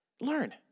Learn